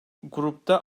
grupta